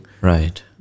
Right